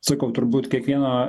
sakau turbūt kiekvieno